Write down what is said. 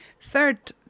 Third